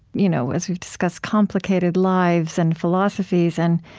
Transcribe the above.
you know as we've discussed, complicated lives and philosophies and